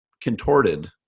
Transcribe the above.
contorted